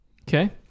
Okay